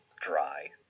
dry